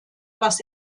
was